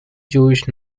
jewish